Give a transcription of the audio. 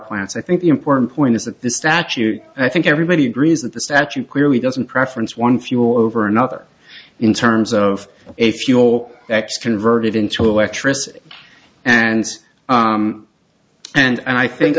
plants i think the important point is that the statute i think everybody agrees that the statute clearly doesn't preference one fuel over another in terms of a fuel ex converted into electricity and and i think